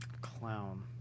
Clown